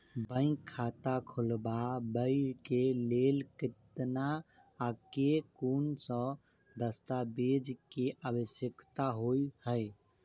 Bank खाता खोलबाबै केँ लेल केतना आ केँ कुन सा दस्तावेज केँ आवश्यकता होइ है?